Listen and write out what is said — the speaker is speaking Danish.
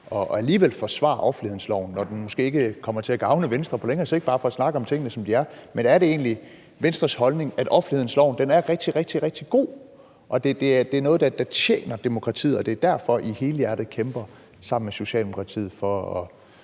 med alligevel at forsvare offentlighedsloven, når den måske ikke kommer til at gavne Venstre på længere sigt – bare for at snakke om tingene, som de er. Men er det egentlig Venstres holdning, at offentlighedsloven er rigtig, rigtig god, og at det er noget, der tjener demokratiet, og er det derfor, I helhjertet kæmper sammen med Socialdemokratiet for